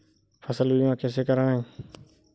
फसल बीमा कैसे कराएँ?